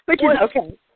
okay